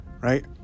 right